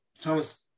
Thomas